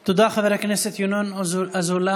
תודה, חבר הכנסת ינון אזולאי.